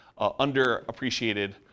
underappreciated